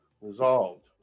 resolved